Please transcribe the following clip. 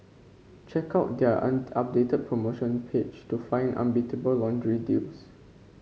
check out their on updated promotion page to find unbeatable laundry deals